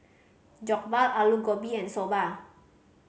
Jokbal Alu Gobi and Soba